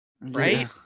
Right